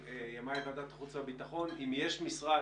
מימיי בוועדת החוץ והביטחון, אני מכיר שאם יש משרד